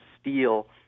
steel